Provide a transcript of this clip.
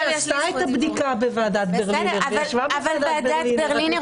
בתור מי שעשתה את הבדיקה בוועדת ברלינר וישבה בוועדת ברלינר,